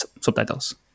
subtitles